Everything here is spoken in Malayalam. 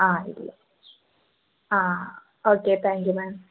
ആ ഇല്ല ആ ഓക്കെ താങ്ക് യൂ മേം